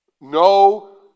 No